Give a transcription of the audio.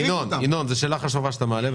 זו שאלה חשובה שאתה מעלה,